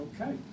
okay